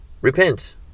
Repent